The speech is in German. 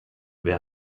wer